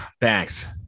Thanks